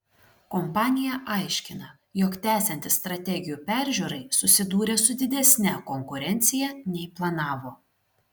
kompanija aiškina jog tęsiantis strategijų peržiūrai susidūrė su didesne konkurencija nei planavo